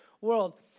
world